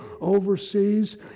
overseas